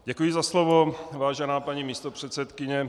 Děkuji za slovo, vážená paní místopředsedkyně.